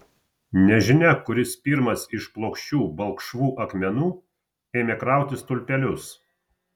nežinia kuris pirmas iš plokščių balkšvų akmenų ėmė krauti stulpelius